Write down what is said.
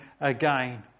Again